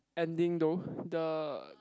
ending though the